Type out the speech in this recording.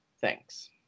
Thanks